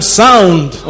sound